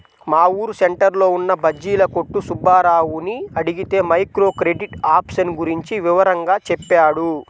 మా ఊరు సెంటర్లో ఉన్న బజ్జీల కొట్టు సుబ్బారావుని అడిగితే మైక్రో క్రెడిట్ ఆప్షన్ గురించి వివరంగా చెప్పాడు